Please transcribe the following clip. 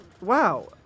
Wow